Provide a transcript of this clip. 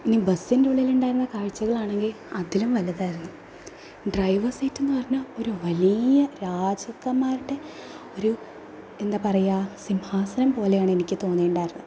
ഇനി ബസ്സിൻ്റെ ഉള്ളിലുണ്ടായിരുന്ന കാഴ്ചകളാണെങ്കിൽ അതിലും വലുതായിരുന്നു ഡ്രൈവ് സീറ്റെന്ന് പറഞ്ഞാൽ ഒരു വലിയ രാജാക്കന്മാരുടെ ഒരു എന്താ പറയുക സിംഹാസനം പോലെയാണെനിക്ക് തോന്നിയിട്ടുണ്ടായിരുന്നത്